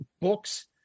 books